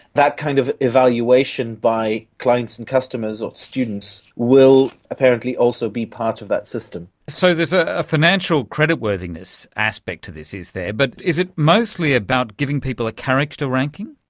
that kind of evaluation by clients and customers or students will apparently also be part of that system. so there's a a financial creditworthiness aspect to this, is there? but is it mostly about giving people a character ranking?